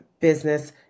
business